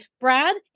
Brad